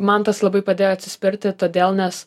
man tas labai padėjo atsispirti todėl nes